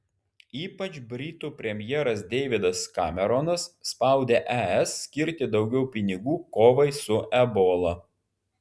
ypač britų premjeras deividas kameronas spaudė es skirti daugiau pinigų kovai su ebola